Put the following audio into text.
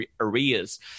areas